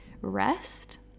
rest